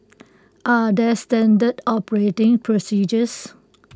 are there standard operating procedures